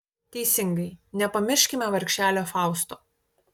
teisingai nepamirškime vargšelio fausto